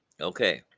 Okay